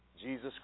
Jesus